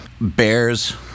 bears